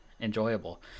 enjoyable